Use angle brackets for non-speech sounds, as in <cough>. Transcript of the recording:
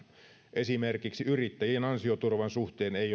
esimerkiksi yrittäjien ansioturvan suhteen ei <unintelligible>